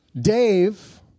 Dave